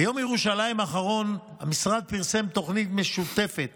ביום ירושלים האחרון המשרד פרסם תוכנית משותפת